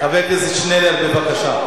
חבר הכנסת עתניאל שנלר, בבקשה.